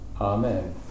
Amen